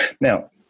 Now